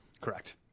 Correct